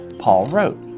paul wrote,